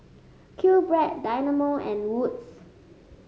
QBread Dynamo and Wood's